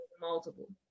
multiple